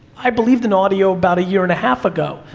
i believed in audio about a year and a half ago,